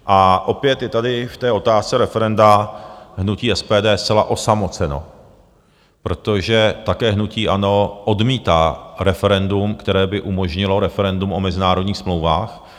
A opět je tady v té otázce referenda hnutí SPD zcela osamoceno, protože také hnutí ANO odmítá referendum, které by umožnilo referendum o mezinárodních smlouvách.